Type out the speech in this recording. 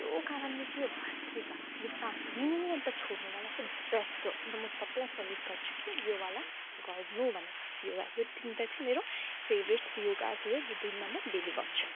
त्यो कारणले चाहिँ यो भस्त्रिका जो सास लिनु अनि छोड्नु मलाइ चाहिँ बेस्ट हो अन्त म सबलाई सजेस्ट गर्छु कि योवाला गर्नु भनेर योगा यो तिनवटा चाहिँ मेरो फेभरेट योगास हो जो दिनमा म डेली गर्छु